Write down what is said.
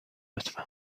لطفا